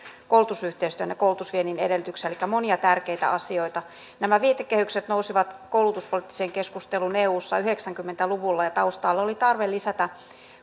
koulutusyhteistyön ja koulutusviennin edellytyksiä elikkä monia tärkeitä asioita nämä viitekehykset nousivat koulutuspoliittiseen keskusteluun eussa yhdeksänkymmentä luvulla ja taustalla oli tarve lisätä